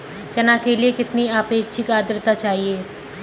चना के लिए कितनी आपेक्षिक आद्रता चाहिए?